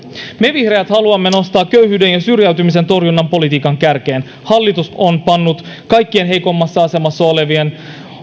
me vihreät haluamme nostaa köyhyyden ja syrjäytymisen torjunnan politiikan kärkeen hallitus on pannut kaikkein heikoimmassa asemassa